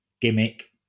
gimmick